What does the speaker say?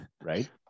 right